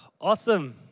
Awesome